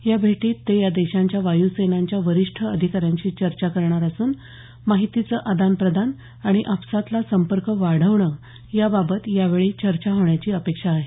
या भेटीत ते या देशांच्या वायुसेनांच्या वरिष्ठ अधिकाऱ्यांशी चर्चा करणार असून माहितीचं आदान प्रदान आणि आपसातला संपर्क वाढवणे या बाबत या वेळी चर्चा होण्याची अपेक्षा आहे